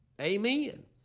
Amen